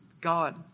God